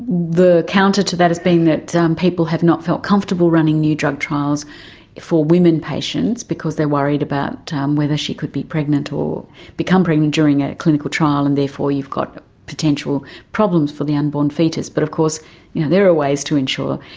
the counter to that has been that um people have not felt comfortable running new drug trials for women patients because they are worried about um whether she could be pregnant or become pregnant during a clinical trial and therefore you've got potential problems for the unborn foetus. but of course yeah there are ways to ensure,